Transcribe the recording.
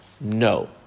No